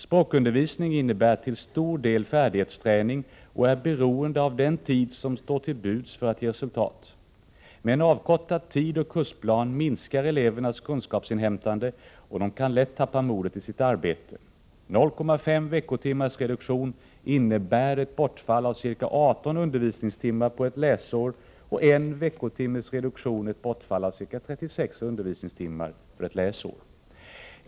Språkundervisning innebär till stor del färdighetsträning och är beroende av den tid som står till buds för att ge resultat. Med en avkortad tidsoch kursplan minskar elevernas kunskapsinhämtande, och de kan lätt tappa modet i sitt arbete. 0,5 veckotimmars reduktion innebär ett bortfall av ca 18 undervisningstimmar på ett läsår och 1 veckotimmes reduktion ett bortfall av ca 36 undervisningstimmar.